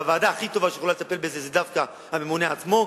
והוועדה הכי טובה שיכולה לטפל בזה היא דווקא הממונה עצמו.